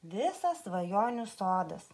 visas svajonių sodas